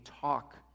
talk